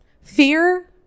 Fear